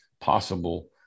possible